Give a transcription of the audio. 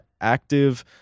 active